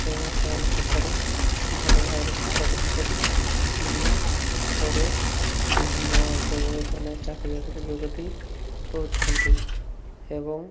ଏବଂ ସେମାନେ ସେଇଠାରୁ ଭଲ ଭାବରେ ଶିକ୍ଷା ଗ୍ରହଣ କରି ପରେ ବିଭିନ୍ନ ଅଞ୍ଚଳରେ ସେମାନେ ଚାକିରି ବାକିରିରେ ଯୋଗ ଦେଇ କରୁଛନ୍ତି ଏବଂ